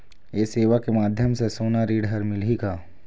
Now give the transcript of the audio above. ये सेवा के माध्यम से सोना ऋण हर मिलही का?